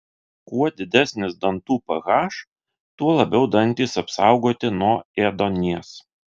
kuo didesnis dantų ph tuo labiau dantys apsaugoti nuo ėduonies